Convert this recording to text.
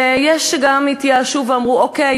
ויש גם שהתייאשו ואמרו: אוקיי,